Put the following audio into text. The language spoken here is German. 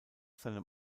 seinem